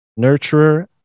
nurturer